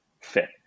fit